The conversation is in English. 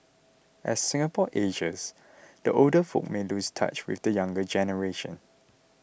as Singapore ages the older folk may lose touch with the younger generation